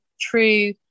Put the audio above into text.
true